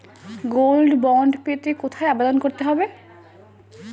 Gold bond পেতে কোথায় আবেদন করতে হবে?